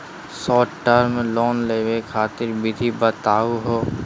Short term loan लेवे खातीर विधि बताहु हो?